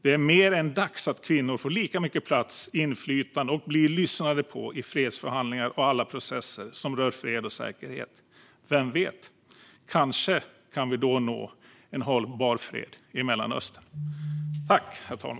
Det är mer än dags att kvinnor får lika mycket plats och inflytande och blir lyssnade på i fredsförhandlingar och alla processer som rör fred och säkerhet. Vem vet - kanske kan vi då nå en hållbar fred i Mellanöstern?